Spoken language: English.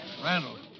Randall